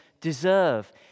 deserve